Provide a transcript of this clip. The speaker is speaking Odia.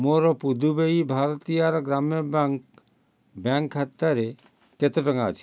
ମୋର ପୁଦୁବୈ ଭାରତିୟାର ଗ୍ରାମ୍ୟ ବ୍ୟାଙ୍କ୍ ବ୍ୟାଙ୍କ୍ ଖାତାରେ କେତେ ଟଙ୍କା ଅଛି